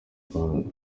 rwanda